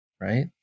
right